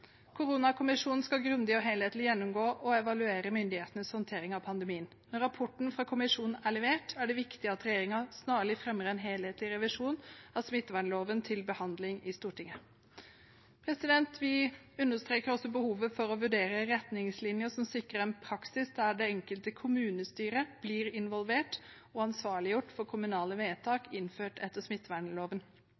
Koronakommisjonen skal grundig og helhetlig gjennomgå og evaluere myndighetenes håndtering av pandemien. Når rapporten fra kommisjonen er levert, er det viktig at regjeringen snarlig fremmer en helhetlig revisjon av smittevernloven til behandling i Stortinget. Vi understreker også behovet for å vurdere retningslinjer som sikrer en praksis der det enkelte kommunestyre blir involvert og ansvarliggjort for kommunale vedtak